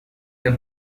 the